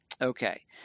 Okay